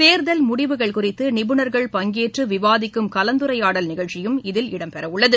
தேர்தல் முடிவுகள் குறித்து நிபுணர்கள் பங்கேற்று விவாதிக்கும் கலந்துரைடால் நிகழ்ச்சியும் இதில் இடம் பெறவுள்ளது